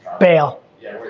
bail. yeah,